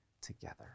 together